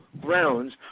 grounds